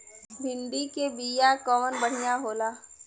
भिंडी के बिया कवन बढ़ियां होला?